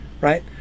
right